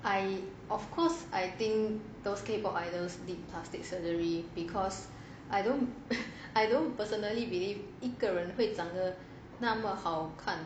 I of course I think those K pop idols did plastic surgery because I don't I don't personally believe 一个人会长得那么好看